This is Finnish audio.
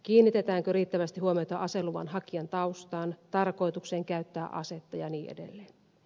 kiinnitetäänkö riittävästi huomiota aseluvan hakijan taustaan tarkoitukseen käyttää asetta ja niin edelleen